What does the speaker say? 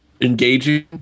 Engaging